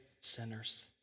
sinners